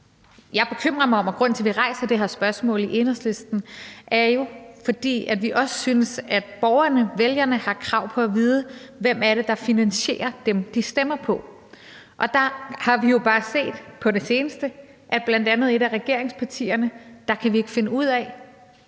er jo, at vi også synes, at borgerne, vælgerne, har krav på at vide, hvem det er, der finansierer dem, de stemmer på. Og der har vi jo bare set på det seneste, at vi bl.a. i forhold til et af regeringspartierne ikke kan finde ud af,